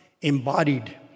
embodied